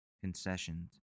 concessions